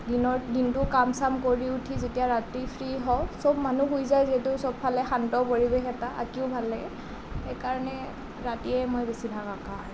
দিনৰ দিনটো কাম চাম কৰি উঠি যেতিয়া ৰাতি ফ্ৰি হওঁ সব মানুহ শুই যায় যিহেতু সবফালে শান্ত পৰিৱেশ এটা আঁকিও ভাল লাগে সেইকাৰণে ৰাতিয়ে মই বেছিভাগ অঁকা হয়